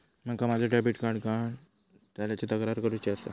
माका माझो debit card गहाळ झाल्याची तक्रार करुची आसा